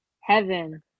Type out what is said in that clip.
heaven